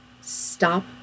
stop